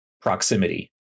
proximity